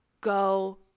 go